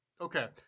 Okay